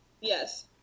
Yes